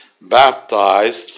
baptized